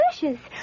delicious